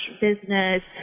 business